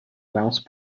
mouse